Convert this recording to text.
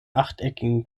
achteckigen